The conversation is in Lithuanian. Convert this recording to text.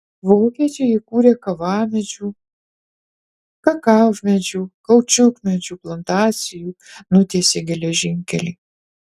vokiečiai įkūrė kavamedžių kakavmedžių kaučiukmedžių plantacijų nutiesė geležinkelių